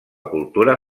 cultura